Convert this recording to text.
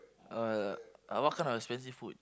uh what kind of expensive food